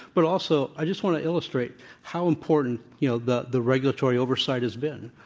but also, i just want to ill ustrate how important you know the the regulatory oversight has been.